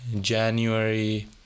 January